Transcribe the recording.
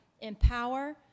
empower